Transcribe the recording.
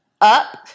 up